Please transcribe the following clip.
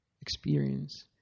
experience